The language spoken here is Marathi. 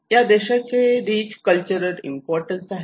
या देशाचे रीच कल्चरल इम्पॉर्टन्स आहे